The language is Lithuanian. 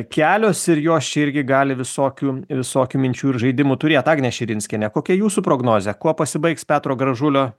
kelios ir jos čia irgi gali visokių visokių minčių ir žaidimų turėt agnė širinskienė kokia jūsų prognozė kuo pasibaigs petro gražulio